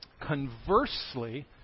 Conversely